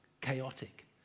chaotic